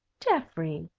geoffrey,